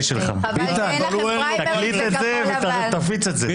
במליאה ונפילה כזאת או אחרת והיא נתקעת,